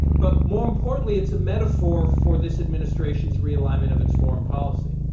but more importantly, it's a metaphor for this administration's realignment of its foreign policy,